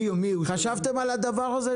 חשבתם על הדבר הזה,